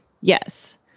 Yes